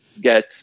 get